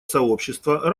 сообщества